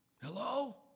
Hello